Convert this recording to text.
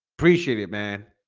appreciate it man.